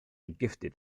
gifted